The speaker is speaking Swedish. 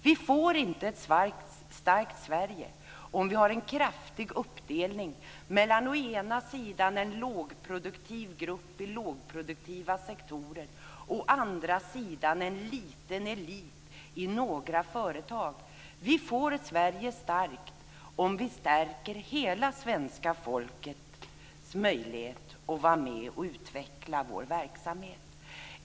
Vi får inte ett starkt Sverige om vi har en kraftig uppdelning mellan å ena sidan en lågproduktiv grupp i lågproduktiva sektorer och å andra sidan en liten elit i några företag. Vi får Sverige starkt om vi stärker hela svenska folkets möjlighet att vara med och utveckla vår verksamhet.